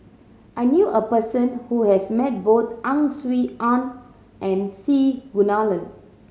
I knew a person who has met both Ang Swee Aun and C Kunalan